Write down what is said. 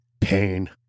Pain